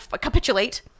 capitulate